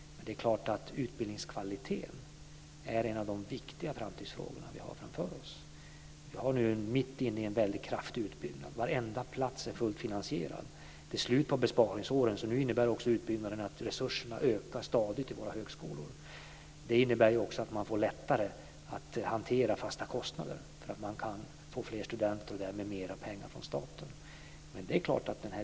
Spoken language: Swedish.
Det är klart att utbildningskvaliteten är en av de viktiga framtidsfrågor vi har framför oss. Vi är nu mitt inne i en väldigt kraftig utbyggnad. Varenda plats är fullt finansierad. Det är slut på besparingsåren. Nu innebär utbyggnaden också att resurserna ökar stadigt i våra högskolor. Det innebär också att man får lättare att hantera fasta kostnader, för att man kan ta in fler studenter och därmed får mera pengar från staten.